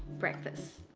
breakfast.